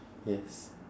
yes